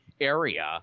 area